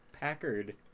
Packard